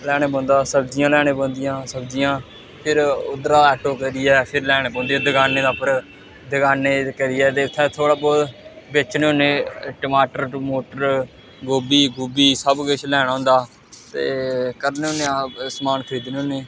लैना पौंदा सब्जियां लेआनी पौंदिया सब्जियां फिर उद्धरा दा आटो करियै फिर लेआनी पौंदी दकाने दे उप्पर दकाने र करियै ते फ्ही थोह्ड़ा बहुत बेचने होन्ने टमाटर टमूटर गोभी गूभी सब कुछ लैने होंदा ते करने होन्ने आं अस समान खरीदने होन्ने